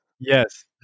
Yes